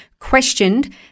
questioned